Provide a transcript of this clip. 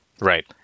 Right